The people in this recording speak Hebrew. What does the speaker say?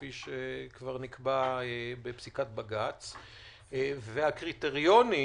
שכבר נקבע בפסיקת בג"ץ והקריטריונים,